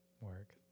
Work